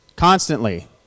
Constantly